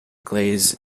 glaze